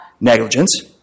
negligence